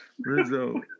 Rizzo